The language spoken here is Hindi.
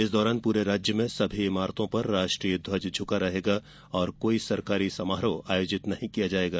इस दौरान पूरे राज्य में सभी इमारतों पर राष्ट्रीय ध्वज झुका रहेगा और कोई सरकारी समारोह आयोजित नहीं किया जाएगा